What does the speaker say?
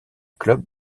club